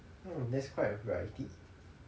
oh that's quite a variety